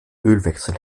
ölwechsel